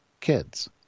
kids